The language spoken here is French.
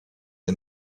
est